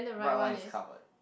right one is covered